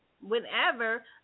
whenever